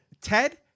Ted